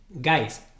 Guys